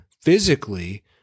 physically